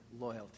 loyalty